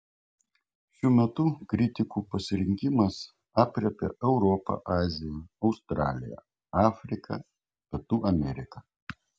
šių metų kritikų pasirinkimas aprėpia europą aziją australiją afriką pietų ameriką